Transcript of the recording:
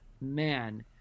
Man